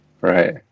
right